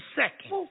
second